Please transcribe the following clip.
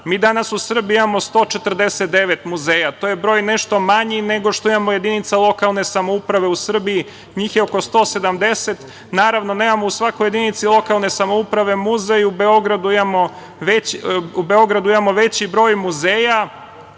danas u Srbiji imamo 149 muzeja. To je broj nešto manji nego što imamo jedinica lokalne samouprave u Srbiji, njih je oko 170. Naravno, nemamo u svakoj jedinici lokalne samouprave muzej.U Beogradu imamo veći broj muzeja,